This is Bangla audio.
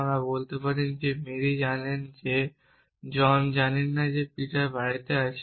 আপনি বলতে পারেন মেরি জানেন যে জন জানেন না যে পিটার বাড়িতে গেছে